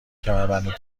کمربند